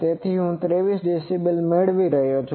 તેથી હું 23dB મેળવી રહ્યો છું